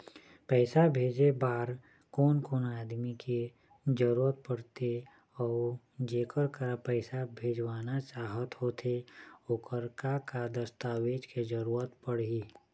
पैसा भेजे बार कोन कोन आदमी के जरूरत पड़ते अऊ जेकर करा पैसा भेजवाना चाहत होथे ओकर का का दस्तावेज के जरूरत पड़ही?